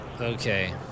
okay